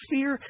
Fear